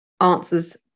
answers